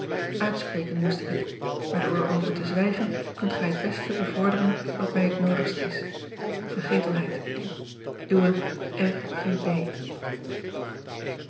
uitspreken moest ik het maar door er over te zwijgen kunt gij het beste bevorderen wat mij het noodigste is vergetelheid